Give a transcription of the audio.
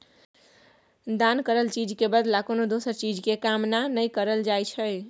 दान करल चीज के बदला कोनो दोसर चीज के कामना नइ करल जाइ छइ